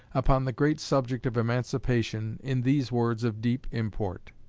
upon the great subject of emancipation, in these words of deep import